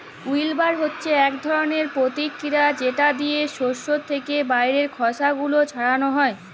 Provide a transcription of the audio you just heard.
উইল্লবার হছে ইক ধরলের পরতিকিরিয়া যেট দিয়ে সস্য থ্যাকে বাহিরের খসা গুলান ছাড়ালো হয়